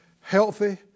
healthy